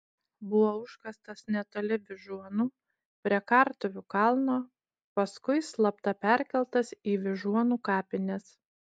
buvo užkastas netoli vyžuonų prie kartuvių kalno paskui slapta perkeltas į vyžuonų kapines